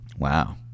wow